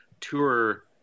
tour